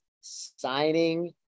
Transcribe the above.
Signing